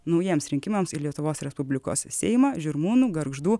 naujiems rinkimams į lietuvos respublikos seimą žirmūnų gargždų